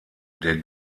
der